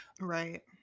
Right